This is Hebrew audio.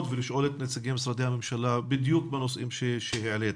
ולשאול את נציגי הממשלה בדיוק בנושאים שהעלית.